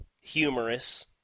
humorous